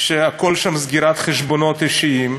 הכול שם סגירות חשבונות אישיים,